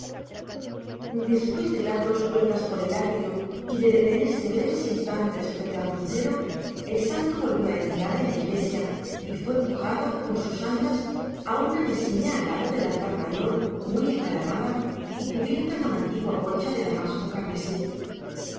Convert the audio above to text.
después de dar dos vueltas por el atrio y de detenerse breves instantes frente al crucero el santo volvió a entrar en la iglesia y fue pujado con sus andas a una mesilla al lado del altar mayor muy engalanada y cubierta con antigua colcha de damasco carmesí